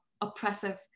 oppressive